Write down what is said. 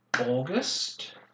August